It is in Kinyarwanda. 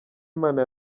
imana